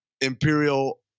imperial